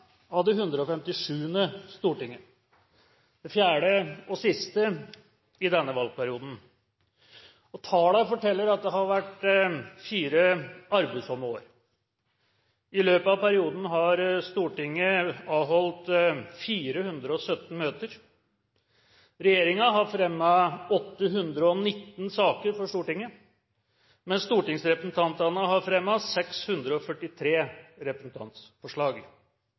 av det 157. storting – det fjerde og siste i denne valgperioden – og tallene forteller at det har vært fire arbeidsomme år. I løpet av perioden har Stortinget avholdt 417 møter. Regjeringen har fremmet 819 saker for Stortinget, mens stortingsrepresentantene har fremmet 643 representantforslag.